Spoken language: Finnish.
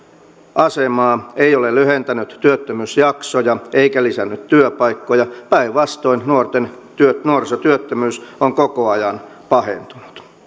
asemaa ei ole lyhentänyt työttömyysjaksoja eikä lisännyt työpaikkoja päinvastoin nuorisotyöttömyys on koko ajan pahentunut